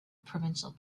provincial